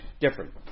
different